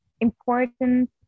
important